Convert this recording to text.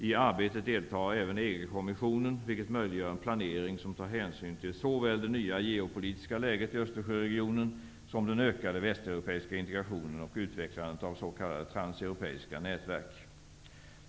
I arbetet deltar även EG-kommissionen, vilket möjliggör en planering som tar hänsyn till såväl det nya geopolitiska läget i Östersjöregionen som den ökade västeuropeiska integrationen och utvecklandet av s.k. transeuropeiska nätverk.